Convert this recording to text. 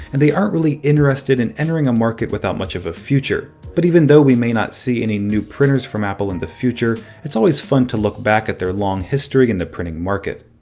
and they aren't really interested in entering a market without much of a future. but even though we might not see any new printers from apple in the future, it's always fun to look back at their long history in the printing market.